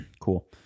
Cool